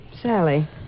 Sally